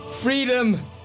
freedom